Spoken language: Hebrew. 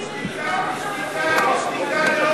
שתיקה,